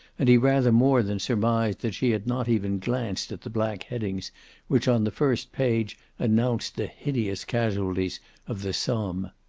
and he rather more than surmised that she had not even glanced at the black headings which on the first page announced the hideous casualties of the somme.